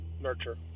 Nurture